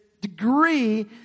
degree